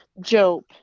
Job